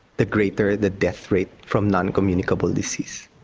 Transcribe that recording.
the greater the death rate from non-communicable disease.